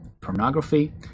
pornography